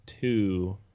two